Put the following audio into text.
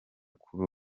kuri